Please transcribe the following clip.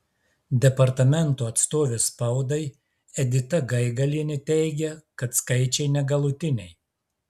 departamento atstovė spaudai edita gaigalienė teigia kad skaičiai negalutiniai